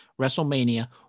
WrestleMania-